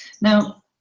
Now